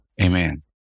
Amen